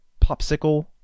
popsicle